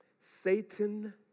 Satan